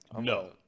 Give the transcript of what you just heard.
no